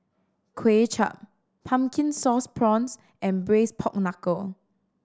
Kuay Chap Pumpkin Sauce Prawns and Braised Pork Knuckle